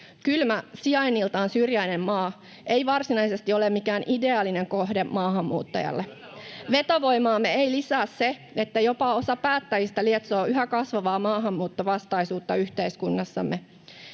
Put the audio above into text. Kylmä, sijainniltaan syrjäinen maa ei varsinaisesti ole mikään ideaalinen kohde maahanmuuttajalle. [Leena Meren välihuuto] Vetovoimaamme ei lisää se, että jopa osa päättäjistä lietsoo yhä kasvavaa maahanmuuttovastaisuutta yhteiskunnassamme.